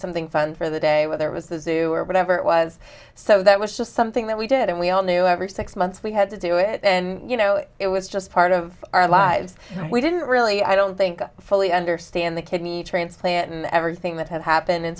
something fun for the day when there was the zoo or whatever it was so that was just something that we did and we all knew every six months we had to do it and you know it was just part of our lives we didn't really i don't think i fully understand the kidney transplant and everything that had happened and